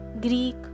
Greek